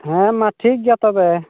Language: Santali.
ᱦᱮᱸ ᱢᱟ ᱴᱷᱤᱠ ᱜᱮᱭᱟ ᱛᱚᱵᱮ